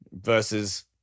versus